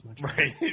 Right